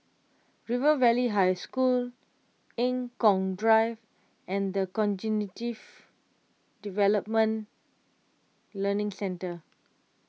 River Valley High School Eng Kong Drive and the Cognitive Development Learning Centre